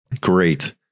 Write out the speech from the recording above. great